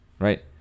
Right